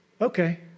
okay